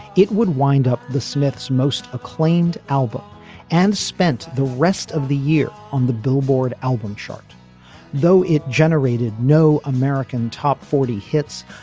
it would wind up the smiths most acclaimed album and spent the rest of the year on the billboard album chart though it generated no american top forty hits.